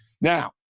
Now